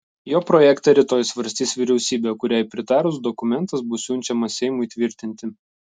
jo projektą rytoj svarstys vyriausybė kuriai pritarus dokumentas bus siunčiamas seimui tvirtinti